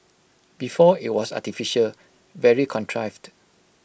before IT was artificial very contrived